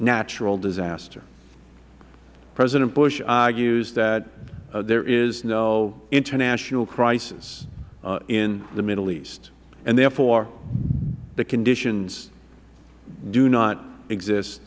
natural disaster president bush argues that there is no international crisis in the middle east and therefore the conditions do not exist